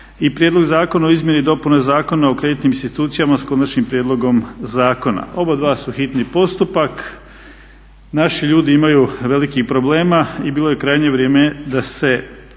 prijedlog Zakona o izmjeni i dopuni Zakona o kreditnim institucijama s konačnim prijedlogom zakona. Obadva su hitni postupak. Naši ljudi imaju velikih problema i bilo bi krajnje vrijeme da se